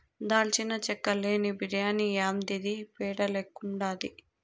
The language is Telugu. దాల్చిన చెక్క లేని బిర్యాని యాందిది పేడ లెక్కుండాది